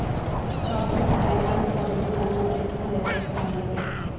public finance పరిధి మూడు రెట్లు లేక్కేస్తాండారు